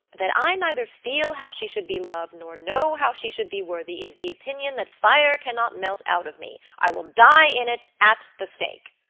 that i neither feel how she should be loved nor know how she should be worthy, is the opinion that fire cannot melt out of me i will die in it at the stake.